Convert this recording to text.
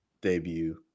debut